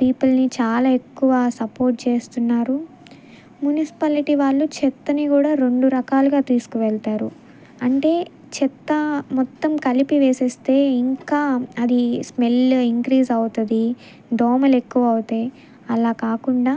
పీపుల్ని చాలా ఎక్కువ సపోర్ట్ చేస్తున్నారు మునిసిపాలిటీ వాళ్ళు చెత్తని కూడా రెండు రకాలుగా తీసుకువెళ్తారు అంటే చెత్త మొత్తం కలిపి వేసేస్తే ఇంకా అది స్మెల్ ఇంక్రీజ్ అవుతుంది దోమలు ఎక్కువ అవుతాయి అలా కాకుండా